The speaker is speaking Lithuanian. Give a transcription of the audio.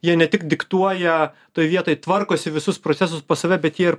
jie ne tik diktuoja toj vietoj tvarkosi visus procesus pas save bet jie ir